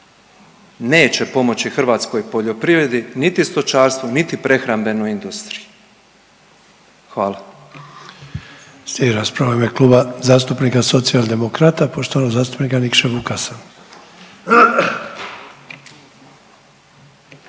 neće pomoći hrvatskoj poljoprivredi niti stočarstvu, niti prehrambenoj industriji. Hvala.